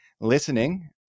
listening